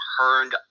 turned